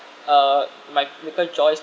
uh my biggest joys